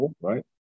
right